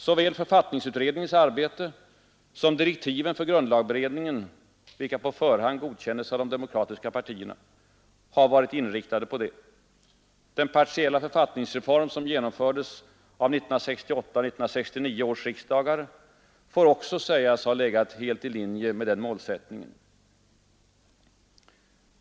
Såväl författningsutredningens arbete som direktiven för grundlagberedningen — vilka på förhand godkändes av de demokratiska partierna — har varit inriktade på detta. Den partiella författningsreformen som genomfördes av 1968-1969 års riksdagar får också sägas ha legat helt i linje med denna målsättning.